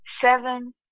seven